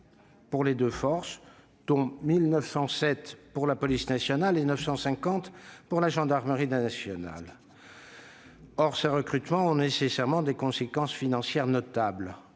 pour les deux forces, dont 1 907 pour la police nationale et 950 pour la gendarmerie nationale. Ces recrutements ont nécessairement des conséquences financières notables.